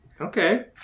Okay